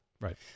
Right